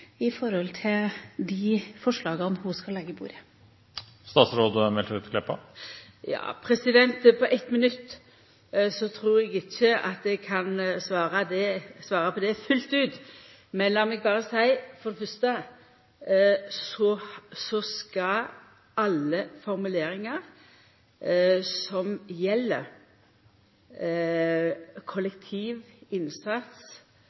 i forhold til de forslagene hun skal legge på bordet? På eitt minutt trur eg ikkje at eg kan svara på det fullt ut, men lat meg berre seia: For det fyrste skal alle formuleringar som gjeld